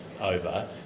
over